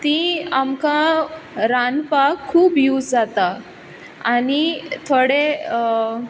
तीं आमकां रांदपाक खूब यूज जाता आनी थोडे